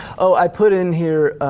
i put in here,